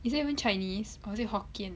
is that even chinese or is it hokkien